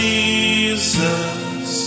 Jesus